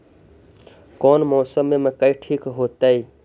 कौन मौसम में मकई ठिक होतइ?